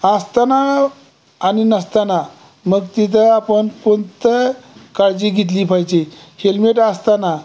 असताना आणि नसताना मग तिथं आपण कोणती काळजी घेतली पाहिजे हेल्मेट असताना